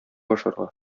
ашарга